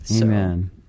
Amen